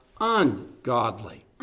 ungodly